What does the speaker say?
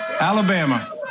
Alabama